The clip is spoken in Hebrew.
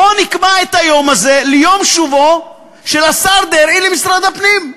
בואו נקבע את היום הזה ליום שובו של השר דרעי למשרד הפנים.